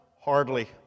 Hardly